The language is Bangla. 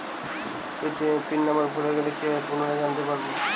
এ.টি.এম পিন নাম্বার ভুলে গেলে কি ভাবে পুনরায় জানতে পারবো?